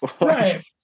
Right